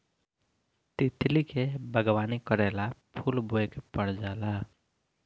तितली के बागवानी करेला फूल बोए के पर जाला